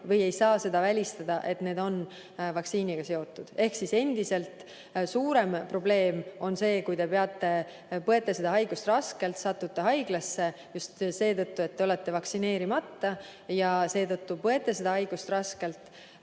või ei saa seda välistada, et need on vaktsiiniga seotud. Endiselt: suurem probleem on see, kui te põete seda haigust raskelt, satute haiglasse just seetõttu, et te olete vaktsineerimata, ja seetõttu põete seda haigust raskelt,